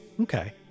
Okay